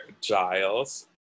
Giles